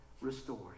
Restored